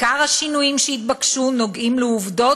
עיקר השינויים שהתבקשו נוגעים לעובדות